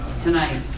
Tonight